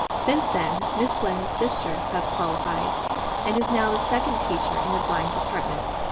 since then miss blend's sister has qualified and is now the second teacher in the blind department,